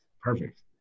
Perfect